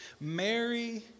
Mary